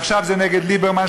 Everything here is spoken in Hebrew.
עכשיו זה נגד ליברמן.